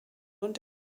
und